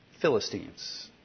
Philistines